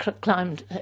climbed